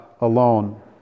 alone